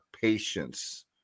patience